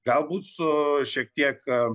galbūt su šiek tiek